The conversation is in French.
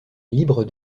libre